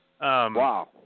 Wow